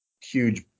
huge